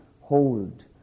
hold